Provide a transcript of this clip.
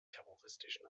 terroristischen